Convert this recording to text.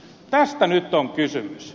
tästä nyt on kysymys